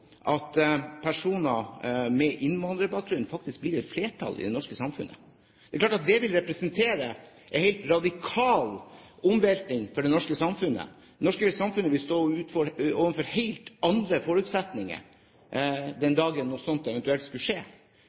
at personer med innvandrerbakgrunn faktisk blir i flertall i det norske samfunnet. Det er klart at det vil representere en helt radikal omveltning i det norske samfunnet. Det norske samfunnet vil stå overfor helt andre utfordringer den dagen noe slikt eventuelt skulle skje.